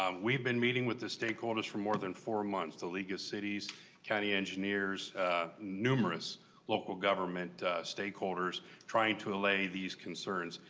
um we been meeting with the stakeholders for more than four months the league of cities county engineers numerous local government stakeholders trying to allay these concerns.